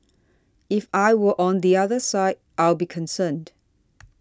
if I were on the other side I'd be concerned